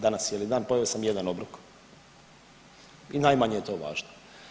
Danas cijeli dan, pojeo sam jedan obrok i najmanje je to važno.